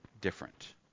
different